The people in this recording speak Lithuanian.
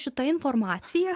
šita informacija